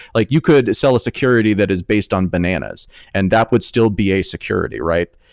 like you could sell a security that is based on bananas and that would still be a security, right?